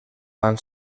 van